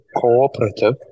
cooperative